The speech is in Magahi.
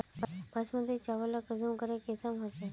बासमती चावल लार कुंसम करे किसम होचए?